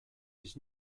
his